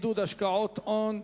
נגד, אין, נמנעים, אין.